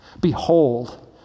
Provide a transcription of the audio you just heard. Behold